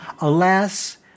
Alas